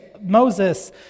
Moses